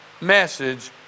message